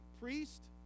priest